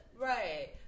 Right